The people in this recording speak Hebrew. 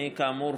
כאמור,